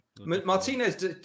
Martinez